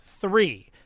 three